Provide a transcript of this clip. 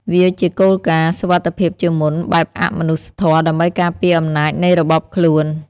វាជាគោលការណ៍ «សុវត្ថិភាពជាមុន» បែបអមនុស្សធម៌ ដើម្បីការពារអំណាចនៃរបបខ្លួន។